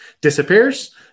disappears